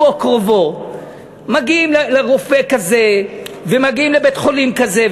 הוא או קרובו מגיעים לרופא כזה ומגיעים לבית-חולים כזה,